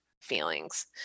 feelings